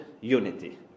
unity